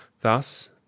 Thus